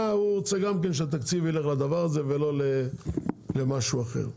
הוא רוצה גם כן שהתקציב יילך לדבר הזה ולא למשהו אחר.